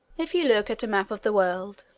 if you look at a map of the world,